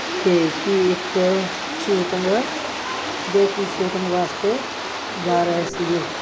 ਕਿ ਕੀ ਇੱਕ ਸ਼ੂਟਿੰਗ ਜੋ ਕਿ ਸ਼ੂਟਿੰਗ ਵਾਸਤੇ ਜਾ ਰਹੇ ਸੀਗੇ